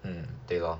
hmm 对 lor